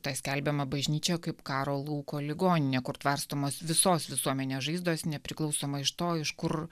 tai skelbiama bažnyčia kaip karo lauko ligoninė kur tvarstomos visos visuomenės žaizdos nepriklausomai iš to iš kur